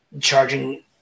charging